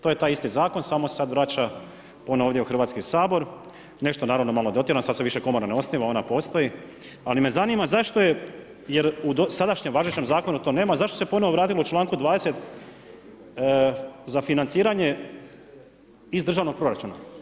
To je taj isti Zakon samo sad vraća ponovo ovdje u Hrvatski sabor, nešto naravno malo dotjeran, sad se više Komora ne osniva, ona postoji, ali me zanima zašto je jer u sadašnjem važećem Zakonu to nema, zašto se ponovo vratilo u čl. 20. za financiranje iz državnog proračuna?